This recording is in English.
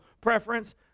preference